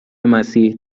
مسیح